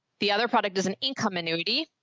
the other product does an income annuity.